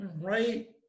right